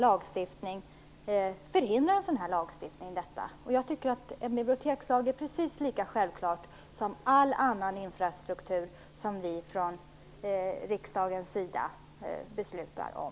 Jag tycker att en bibliotekslag är precis lika självklar som all den infrastruktur som vi från riksdagens sida beslutar om.